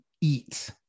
eat